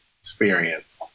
experience